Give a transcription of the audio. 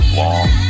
long